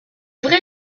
vrai